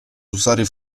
usare